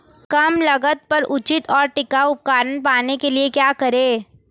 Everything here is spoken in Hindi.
कम लागत पर उचित और टिकाऊ उपकरण पाने के लिए क्या करें?